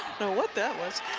know what that was